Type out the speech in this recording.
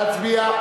להצביע,